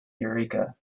eureka